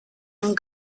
and